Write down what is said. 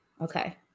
Okay